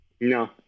No